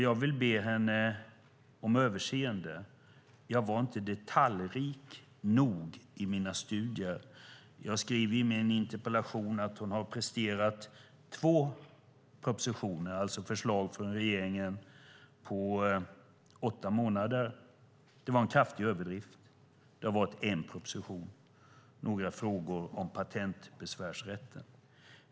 Jag vill be henne om överseende; jag var inte detaljrik nog i mina studier. Jag skrev i min interpellation att hon presterat två propositioner på åtta månader. Det var en kraftig överdrift. Det har kommit en proposition, Några frågor om Patentbesvärsrätten .